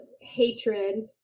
hatred